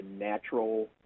natural